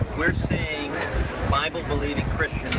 we are seeing bible believing christians